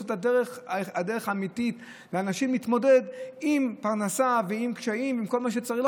זאת הדרך האמיתית של אנשים להתמודד עם פרנסה ועם קשיים ועם כל מה שצריך,